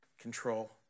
control